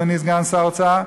אדוני סגן שר האוצר,